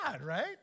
right